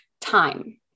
time